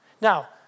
Now